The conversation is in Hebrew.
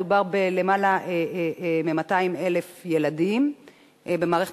מדובר בלמעלה מ-200,000 ילדים במערכת